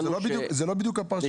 אגב, זו לא בדיוק הפרשנות ---,